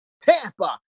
Tampa